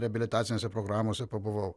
reabilitacinėse programose pabuvau